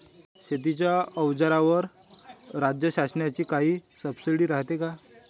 शेतीच्या अवजाराईवर राज्य शासनाची काई सबसीडी रायते का?